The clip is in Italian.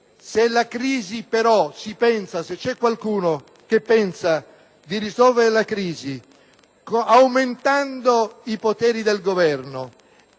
se qualcuno pensa di risolvere la crisi aumentando i poteri del Governo,